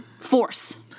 Force